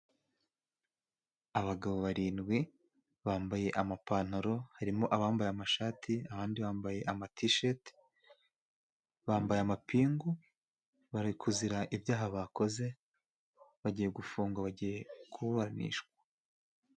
Abagabo barindwi bambaye amapantaro harimo abambaye amashati abandi bambaye ama tisheti, bambaye amapingu bari kuzira ibyaha bakoze bagiye gufungwa bagiye kuburanishwa.